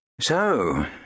So